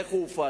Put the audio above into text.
איך הוא הופעל,